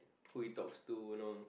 who he talks to you know